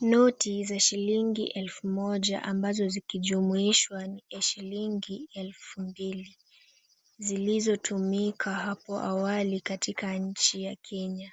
Noti za shilingi elfu moja, ambazo zikijumuishwa ni shilingi elfu mbili, zilizotumika hapo awali katika nchi ya Kenya.